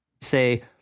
say